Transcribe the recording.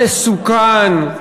המסוכן,